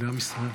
-- על עם ישראל,